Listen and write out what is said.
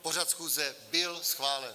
Pořad schůze byl schválen.